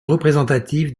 représentatif